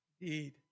Indeed